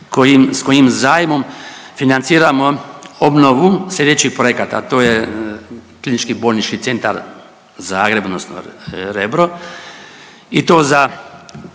s kojim zajmom financiramo obnovu slijedećih projekata, a to je KBC Zagreb odnosno Rebro i to za